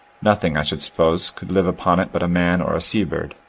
nothing, i should suppose, could live upon it but a man or a sea-bird.